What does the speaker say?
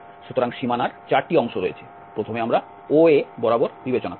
সুতরাং সীমানার 4 টি অংশ রয়েছে প্রথমে আমরা OA বরাবর বিবেচনা করব